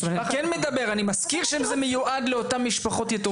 אני מזכיר שזה מיועד לאותן משפחות יתומים.